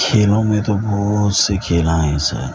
کھیلوں میں تو بہت سے کھیلاں ہیں سر